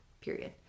period